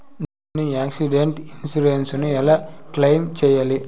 నేను accidental insurance ను ఎలా క్లెయిమ్ సేయాలి?